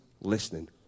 listening